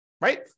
right